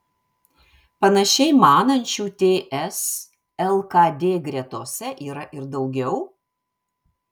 panašiai manančių ts lkd gretose yra ir daugiau